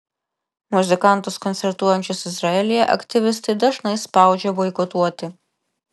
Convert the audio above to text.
muzikantus koncertuojančius izraelyje aktyvistai dažnai spaudžia boikotuoti